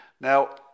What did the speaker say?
Now